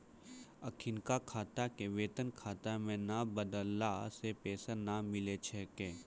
अखिनका खाता के वेतन खाता मे नै बदलला से पेंशन नै मिलै छै